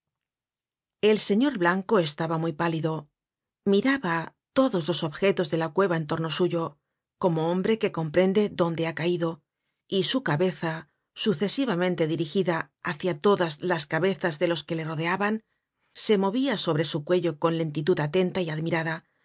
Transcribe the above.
el señor blanco estaba muy pálido miraba todos los objetos dela cueva en torno suyo como hombre que comprende dónde ha caido y su cabeza sucesivamente dirigida hácia todas las cabezas de los que le rodeaban se movia sobre su cuello con lentitud atenta y admirada